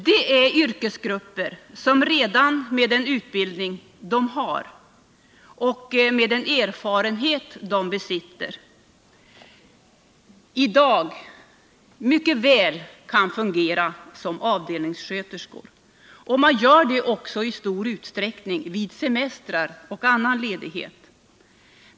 Det är yrkesgrupper som med den utbildning de har och med den erfarenhet de besitter redan i dag mycket väl kan fungera som avdelningssköterskor — och de gör det också i stor utsträckning vid semestrar och annan ledighet.